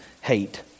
hate